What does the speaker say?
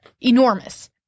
enormous